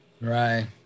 Right